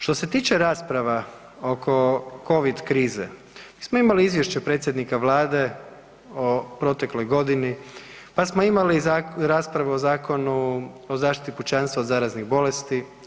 Što se tiče rasprava oko covid krize mi smo imali Izvješće predsjednika Vlade o protekloj godini, pa smo imali raspravu o Zakonu o zaštiti pučanstva od zaraznih bolesti.